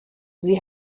sie